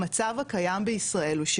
המצב הקיים בישראל הוא,